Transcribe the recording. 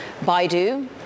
Baidu